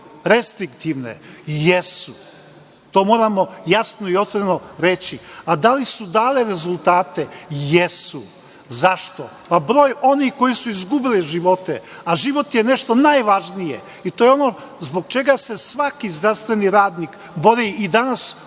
restriktivne? Jesu. To moramo jasno i otvoreno reći. Da li su dali rezultate? Jesu. Zašto? Pa, broj onih koji su izgubili živote, a život je nešto najvažnije i to je ono zbog čega se svaki zdravstveni radnik bori i danas u